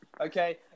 Okay